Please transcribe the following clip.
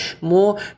more